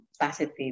positive